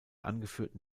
angeführten